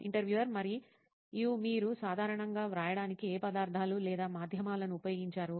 interviewer మరియు మీరు సాధారణంగా వ్రాయడానికి ఏ పదార్థాలు లేదా మాధ్యమాలను ఉపయోగించారు